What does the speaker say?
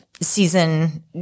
Season